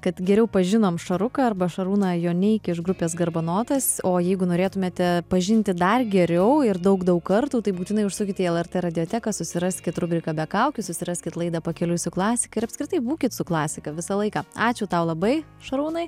kad geriau pažinom šaruką arba šarūną joneikį iš grupės garbanotas o jeigu norėtumėte pažinti dar geriau ir daug daug kartų tai būtinai užsukit į lrt radioteką susiraskit rubriką be kaukių susiraskit laidą pakeliui su klasika ir apskritai būkit su klasika visą laiką ačiū tau labai šarūnai